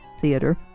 theater